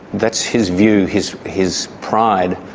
that's his view, his his pride,